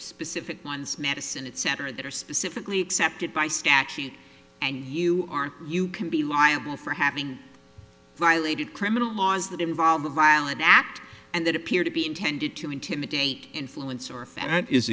specific ones medicine etc that are specifically accepted by statute and you aren't you can be liable for having violated criminal laws that involve a violent act and that appear to be intended to intimidate influence or